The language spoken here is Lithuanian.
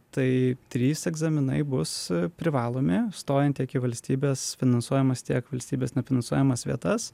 tai trys egzaminai bus privalomi stojant tiek į valstybės finansuojamas tiek valstybės nefinansuojamas vietas